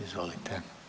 Izvolite.